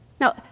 Now